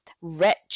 rich